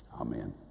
Amen